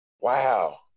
Wow